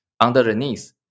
underneath